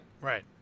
Right